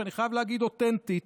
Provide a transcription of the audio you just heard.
שאני חייב להגיד שהיא אותנטית,